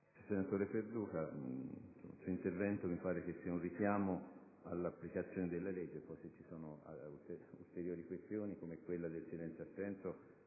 Senatore Perduca, il suo intervento mi pare sia un richiamo all'applicazione della legge. Se poi ci sono ulteriori questioni, come quella relativa al silenzio assenso,